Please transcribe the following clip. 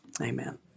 amen